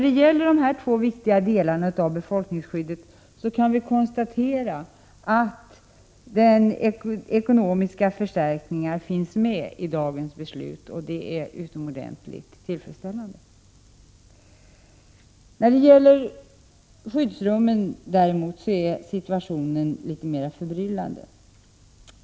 Beträffande dessa två viktiga delar av befolkningsskyddet kan vi konstatera att ekonomiska förstärkningar finns med i dagens beslut, och det är utomordentligt tillfredsställande. I fråga om skyddsrummen är situationen däremot något mer förbryllande.